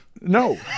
no